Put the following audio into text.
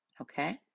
okay